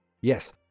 yes